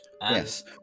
Yes